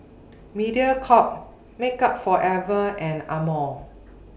Mediacorp Makeup Forever and Amore